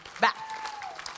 back